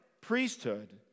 priesthood